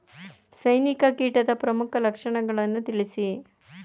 ಸೈನಿಕ ಕೀಟದ ಪ್ರಮುಖ ಲಕ್ಷಣಗಳನ್ನು ತಿಳಿಸಿ?